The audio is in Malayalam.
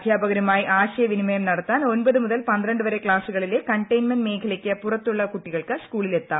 അധ്യാപകരുമായി ആശയവിനിമയം നടത്താൻ ക്ലാസുകളിലെ കണ്ടെയിന്റ്മെന്റ് മേഖലയ്ക്ക് പുറത്തുള്ള കുട്ടികൾക്ക് സ്കൂളില്ലെത്താം